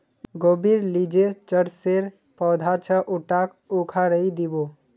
गोबीर ली जे चरसेर पौधा छ उटाक उखाड़इ दी बो